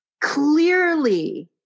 clearly